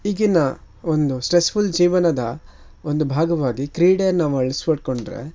ಈಗಿನ ಒಂದು ಸ್ಟ್ರೆಸ್ಫುಲ್ ಜೀವನದ ಒಂದು ಭಾಗವಾಗಿ ಕ್ರೀಡೆಯನ್ನ ನಾವು ಆಳ್ವಡ್ಸ್ಕೊಂಡ್ರೆ